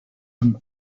and